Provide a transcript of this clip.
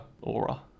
aura